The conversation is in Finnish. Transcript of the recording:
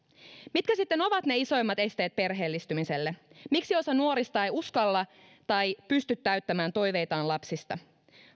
mitkä sitten ovat ne isoimmat esteet perheellistymiselle miksi osa nuorista ei uskalla täyttää tai pysty täyttämään toiveitaan lapsista